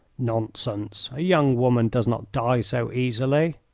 nonsense a young woman does not die so easily.